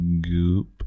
Goop